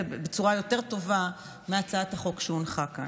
בצורה יותר טובה מהצעת החוק שהונחה כאן.